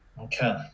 Okay